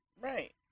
Right